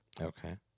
okay